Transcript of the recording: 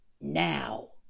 now